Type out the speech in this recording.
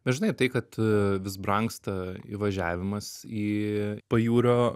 bet žinai tai kad vis brangsta įvažiavimas į pajūrio